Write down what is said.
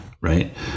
right